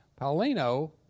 Paulino